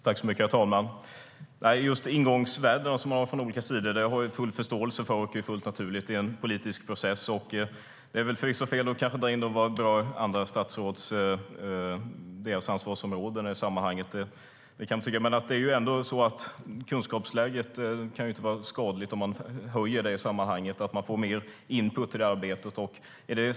Herr talman! Jag har full förståelse för de ingångsvärden som man har från olika sidor. Det är fullt naturligt i en politisk process. Det är förvisso fel att dra in det som berör andra statsråds ansvarsområden i sammanhanget; det kan man tycka. Men det kan ändå inte vara skadligt om man höjer kunskapsläget i sammanhanget så att man får mer input i arbetet.